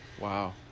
wow